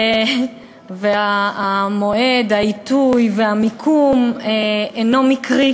והמועד, העיתוי והמיקום אינם מקריים,